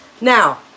now